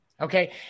Okay